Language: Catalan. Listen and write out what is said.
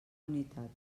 unitat